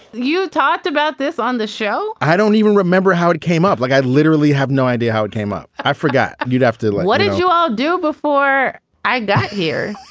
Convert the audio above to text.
you talked about this on the show i don't even remember how it came up. like, i literally have no idea how it came up. i forgot. you'd have to lie. what did you do before i got here?